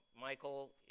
Michael